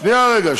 שנייה רגע,